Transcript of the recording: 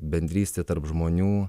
bendrystė tarp žmonių